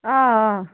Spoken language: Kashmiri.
آ آ